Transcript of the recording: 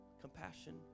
compassion